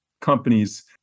companies